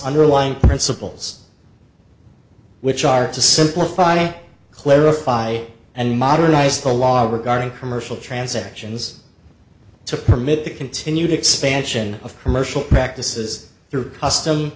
underlying principles which are to simplify clarify and modernize the laws regarding commercial transactions to permit the continued expansion of commercial practices through custom